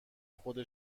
خود